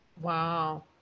Wow